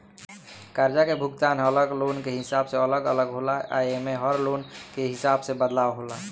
कर्जा के भुगतान अलग लोन के हिसाब से अलग अलग होला आ एमे में हर लोन के हिसाब से बदलाव होला